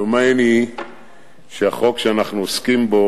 דומני שהחוק שאנו עוסקים בו,